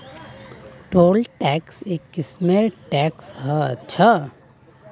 toll tax एक किस्मेर tax ह छः